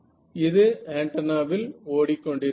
இது ஆண்டனா வில் ஓடிக் கொண்டிருக்கிறது